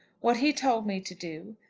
what he told me to do,